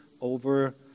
over